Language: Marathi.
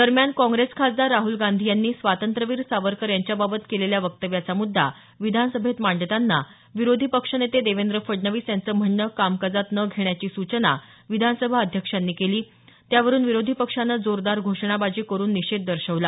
दरम्यान काँग्रेस खासदार राहुल गांधी यांनी स्वातंत्र्यवीर सावरकर यांच्याबाबत केलेल्या वक्तव्याचा मृद्दा विधानसभेत मांडताना विरोधी पक्षनेते देवेंद्र फडणवीस यांचं म्हणणं कामकाजात न घेण्याची सूचना विधानसभा अध्यक्षांनी केली त्यावरून विरोधी पक्षानं जोरदार घोषणाबाजी करून निषेध दर्शवला